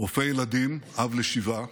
רופא ילדים, אב לשבעה,